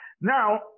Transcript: Now